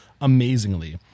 amazingly